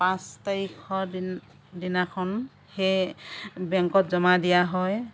পাঁচ তাৰিখৰ দিনা দিনাখন সেই বেংকত জমা দিয়া হয়